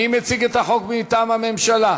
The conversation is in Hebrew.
מי מציג את החוק מטעם הממשלה?